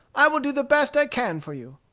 i will do the best i can for you.